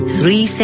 Three